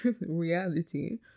reality